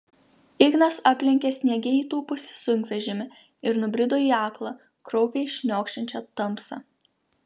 ignas aplenkė sniege įtūpusį sunkvežimį ir nubrido į aklą kraupiai šniokščiančią tamsą